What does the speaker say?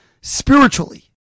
spiritually